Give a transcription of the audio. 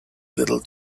little